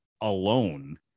alone